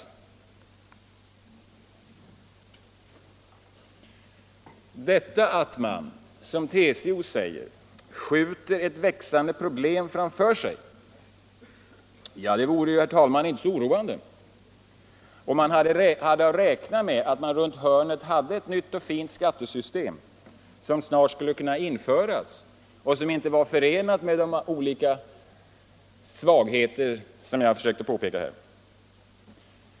Detta att man, som TCO säger, ”skjuter ett växande problem framför sig” vore inte så oroande, om man kunde räkna med att man runt hörnet hade ett nytt och fint skattesystem, som snart kunde införas och som inte var förenat med de olika svagheter som jag har försökt påpeka.